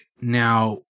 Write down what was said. now